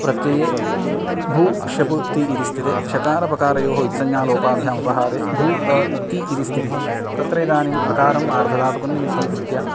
प्रत्यये भू शप् ति इति स्थिते शकारपकारयोः इत्संज्ञालोपाभ्यां अपहारे भू अ ति इति स्थितिः तत्र इदानीम् अकारम् आर्धधातुकं निमित्तीकृत्य